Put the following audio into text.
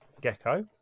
Gecko